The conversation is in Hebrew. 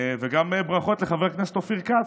וגם ברכות לחבר הכנסת אופיר כץ,